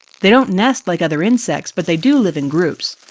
they don't nest like other insects, but they do live in groups.